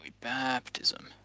baptism